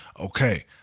okay